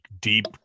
deep